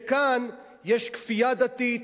כשכאן יש כפייה דתית,